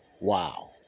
Wow